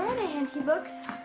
henty books?